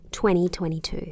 2022